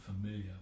familiar